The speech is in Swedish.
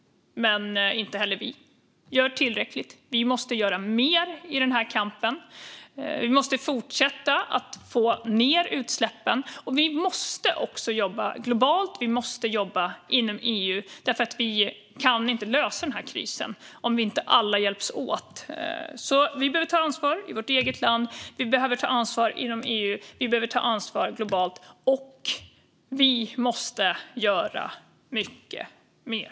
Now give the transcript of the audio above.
Men inte heller vi gör tillräckligt. Vi måste göra mer i denna kamp. Vi måste fortsätta att få ned utsläppen. Vi måste också jobba globalt, och vi måste jobba inom EU, för vi kan inte lösa denna kris om inte alla hjälps åt. Vi behöver alltså ta ansvar i vårt eget land. Vi behöver ta ansvar inom EU. Vi behöver ta ansvar globalt. Och vi måste göra mycket mer.